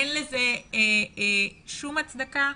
אין לזה שום הצדקה.